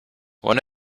one